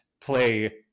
play